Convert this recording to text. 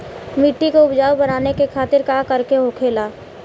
मिट्टी की उपजाऊ बनाने के खातिर का करके होखेला?